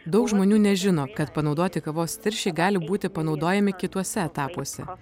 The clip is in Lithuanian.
daug žmonių nežino kad panaudoti kavos tirščiai gali būti panaudojami kituose etapuose